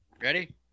Ready